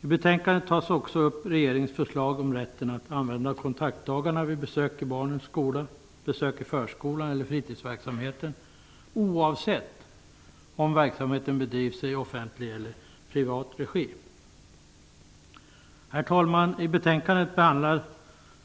I betänkandet tas också upp regeringens förslag om rätten att använda kontaktdagarna vid besök i barnens skola, besök i förskolan eller fritidsverksamheten oavsett om verksamheten bedrivs i offentlig eller privat regi. Herr talman! I betänkandet